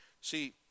See